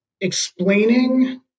explaining